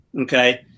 Okay